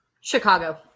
Chicago